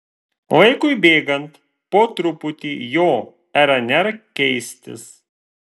laikui bėgant po truputį jo rnr keistis